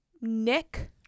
nick